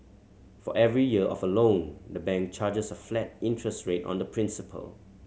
for every year of a loan the bank charges a flat interest rate on the principal